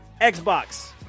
Xbox